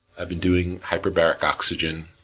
i've been doing hyperbaric oxygen,